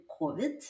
COVID